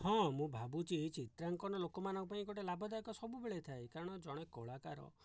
ହଁ ମୁଁ ଭାବୁଛି ଚିତ୍ରାଙ୍କନ ଲୋକମାନଙ୍କ ପାଇଁ ଗୋଟିଏ ଲାଭଦାୟକ ସବୁବେଳେ ଥାଏ କାରଣ ଜଣେ କଳାକାର